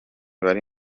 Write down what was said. bari